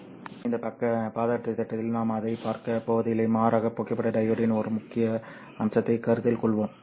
எனவே இந்த பாடத்திட்டத்தில் நாம் அதைப் பார்க்கப் போவதில்லை மாறாக புகைப்பட டையோட்டின் ஒரு முக்கிய அம்சத்தை கருத்தில் கொள்வோம்